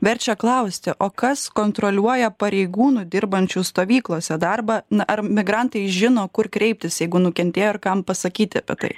verčia klausti o kas kontroliuoja pareigūnų dirbančių stovyklose darbą na ar migrantai žino kur kreiptis jeigu nukentėjo ir kam pasakyti apie tai